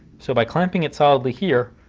so by clamping it solidly here,